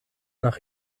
nach